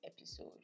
episode